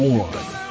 one